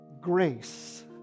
grace